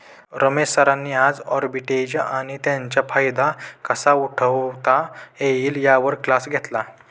रमेश सरांनी आज आर्बिट्रेज आणि त्याचा फायदा कसा उठवता येईल यावर क्लास घेतला